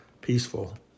peaceful